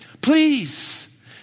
please